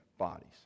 bodies